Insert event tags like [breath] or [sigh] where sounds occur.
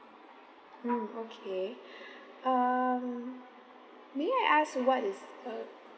mm okay [breath] um may I ask what is uh